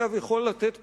אגב, אני יכול לתת פה,